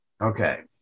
okay